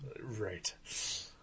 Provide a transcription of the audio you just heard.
Right